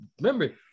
remember